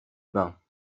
bains